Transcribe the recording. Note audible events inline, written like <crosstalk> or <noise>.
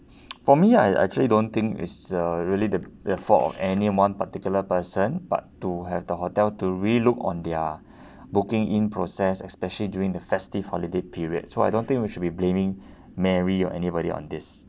<noise> for me I actually don't think it's uh really the the fault of any one particular person but to have the hotel to relook on their <breath> booking in process especially during the festive holiday period so I don't think we should be blaming <breath> mary or anybody on this